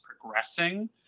progressing